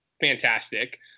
fantastic